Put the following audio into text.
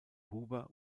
huber